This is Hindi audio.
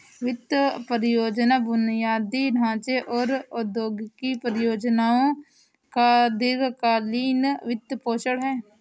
वित्त परियोजना बुनियादी ढांचे और औद्योगिक परियोजनाओं का दीर्घ कालींन वित्तपोषण है